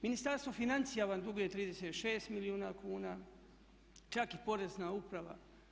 Ministarstvo financija vam duguje 36 milijuna kuna, čak i Porezna uprava.